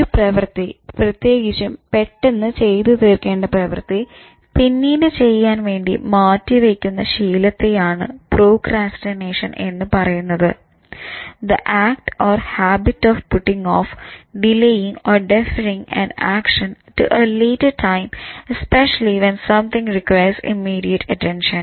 ഒരു പ്രവൃത്തി പ്രത്യേകിച്ചും പെട്ടെന്ന് ചെയ്ത് തീർക്കേണ്ട പ്രവൃത്തി പിന്നീട് ചെയ്യാൻ വേണ്ടി മാറ്റി വയ്ക്കുന്ന ശീലത്തെയാണ് പ്രോക്രാസ്റ്റിനേഷൻ എന്ന് പറയുന്നത് The act or habit of putting off delaying or deferring an action to a later time especially when something requires immediate attention